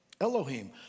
Elohim